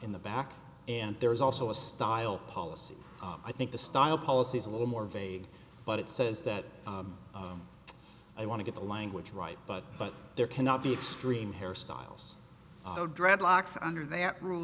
in the back and there is also a style policy i think the style policy is a little more vague but it says that they want to get the language right but but there cannot be extreme hairstyles oh dreadlocks under th